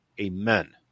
Amen